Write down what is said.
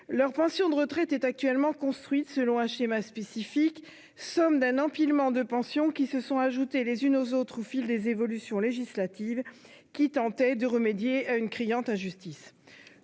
Leur pension de retraite est actuellement établie selon un schéma spécifique, somme d'un empilement de pensions qui se sont ajoutées les unes aux autres au fil des évolutions législatives tentant de remédier à cette criante injustice.